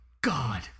god